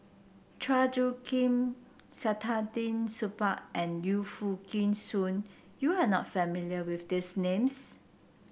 Chua Soo Khim Saktiandi Supaat and Yu Foo Yee Shoon you are not familiar with these names